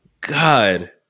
God